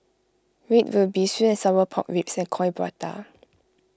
Red Ruby Sweet and Sour Pork Ribs and Coin Prata